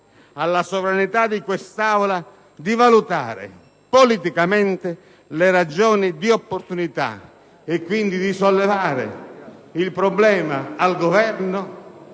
alla sovranità di quest'Assemblea di valutare politicamente le ragioni di opportunità e quindi di sollevare il problema al Governo,